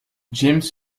james